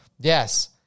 yes